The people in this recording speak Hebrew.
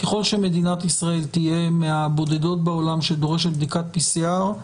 ככל שמדינת ישראל תהיה מהבודדות בעולם שדורשת בדיקת PCR,